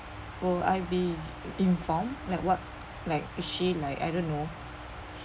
will I be inform like what like assure like I don't know